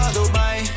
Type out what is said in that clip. Dubai